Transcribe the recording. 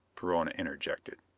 perona interjected.